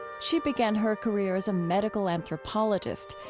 she began her career as a medical anthropologist.